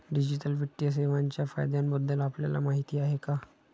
Digital वित्तीय सेवांच्या फायद्यांबद्दल आपल्याला माहिती आहे का?